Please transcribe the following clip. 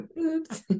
Oops